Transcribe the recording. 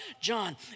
John